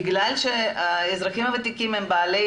בגלל שהאזרחים הוותיקים הם בעלי